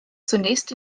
zunächst